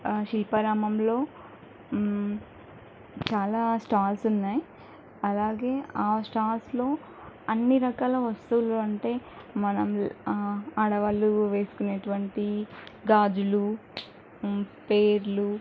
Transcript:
శిల్పారామంలో చాలా స్టాల్స్ ఉన్నాయి అలాగే ఆ స్టార్స్లో అన్ని రకాల వస్తువులు అంటే మనం ఆడ వాళ్ళు వేసుకునేటువంటి గాజులు పేర్లు